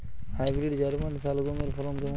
Hybrid German শালগম এর ফলন কেমন?